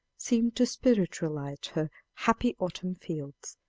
seemed to spiritualize her happy autumn fields,